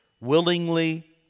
willingly